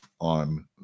on